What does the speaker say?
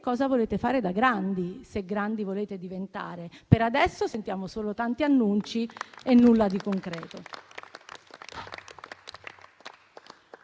cosa volete fare da grandi, se grandi volete diventare. Per adesso, sentiamo solo tanti annunci e nulla di concreto.